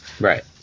Right